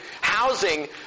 housing